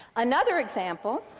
another example,